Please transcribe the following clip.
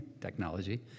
technology